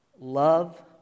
Love